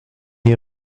est